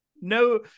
no